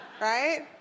right